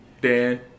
Dan